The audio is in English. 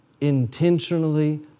intentionally